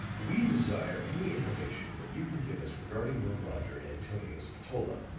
we desire any information that you can give us regarding your lodger, antonio spatola,